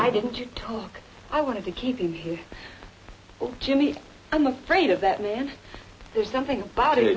i did you talk i wanted to keep in here jimmy i'm afraid of that man there's something about it